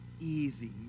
easy